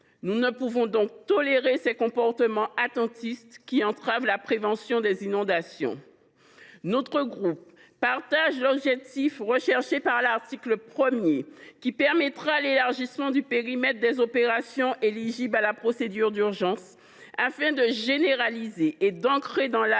Nous ne pouvons donc tolérer ces comportements attentistes, qui entravent la prévention des inondations. Notre groupe partage l’objectif de l’article 1, qui vise à élargir le périmètre des opérations éligibles à la procédure d’urgence, afin de généraliser et d’ancrer dans la loi